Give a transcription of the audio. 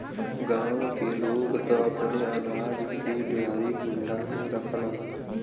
गांव के लोग त अपने अनाज के डेहरी कुंडा में रखलन